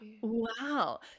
Wow